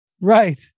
Right